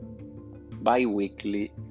bi-weekly